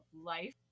life